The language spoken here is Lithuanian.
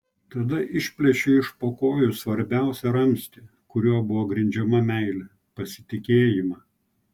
tada išplėšei iš po kojų svarbiausią ramstį kuriuo buvo grindžiama meilė pasitikėjimą